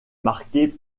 marquée